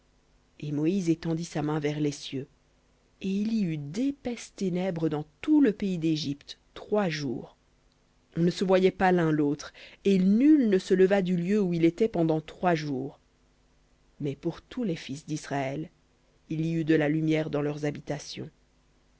et moïse étendit sa main vers les cieux et il y eut d'épaisses ténèbres dans tout le pays d'égypte trois jours on ne se voyait pas l'un l'autre et nul ne se leva du lieu où il était pendant trois jours mais pour tous les fils d'israël il y eut de la lumière dans leurs habitations